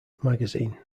magazine